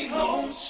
home